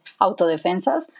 autodefensas